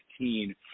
2015